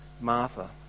Martha